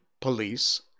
police